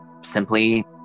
simply